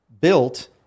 built